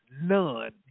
None